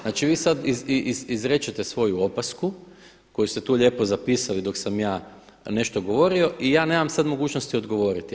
Znači, vi sada izrečete svoju opasku koju ste tu lijepo zapisali dok sam ja nešto govorio i ja nemam sad mogućnost odgovoriti.